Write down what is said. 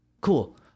Cool